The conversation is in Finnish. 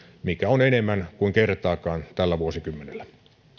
mikä on enemmän kuin kertaakaan tällä vuosikymmenellä